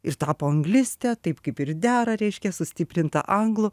ir tapo angliste taip kaip ir dera reiškia sustiprinta anglų